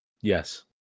Yes